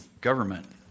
government